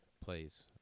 plays